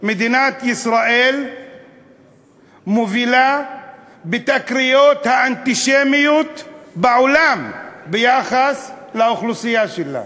מדינת ישראל מובילה בתקריות האנטישמיות בעולם ביחס לאוכלוסייה שלה.